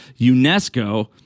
UNESCO